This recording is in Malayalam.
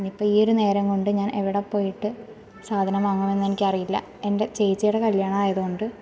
ഇനിയിപ്പം ഈ ഒരു നേരം കൊണ്ട് ഞാൻ എവിടെ പോയിട്ട് സാധനം വാങ്ങണം എന്നെനിക്ക് അറിയില്ല എൻ്റെ ചേച്ചിയുടെ കല്യാണം ആയത് കൊണ്ട്